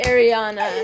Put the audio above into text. Ariana